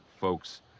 folks